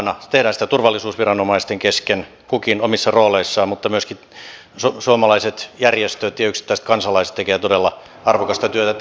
tehdään sitä turvallisuusviranomaisten kesken kukin omissa rooleissaan mutta myöskin suomalaiset järjestöt ja yksittäiset kansalaiset tekevät todella arvokasta työtä